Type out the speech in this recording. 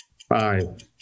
Five